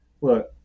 look